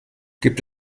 gibt